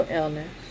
illness